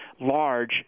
large